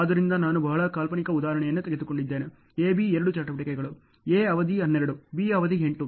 ಆದ್ದರಿಂದ ನಾನು ಬಹಳ ಕಾಲ್ಪನಿಕ ಉದಾಹರಣೆಯನ್ನು ತೆಗೆದುಕೊಂಡಿದ್ದೇನೆ A B ಎರಡು ಚಟುವಟಿಕೆಗಳು A ಅವಧಿ 12 B ಅವಧಿ 8